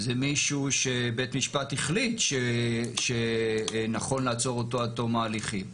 זה מישהו שבית משפט החליט שנכון לעצור אותו עד תום ההליכים.